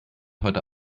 heute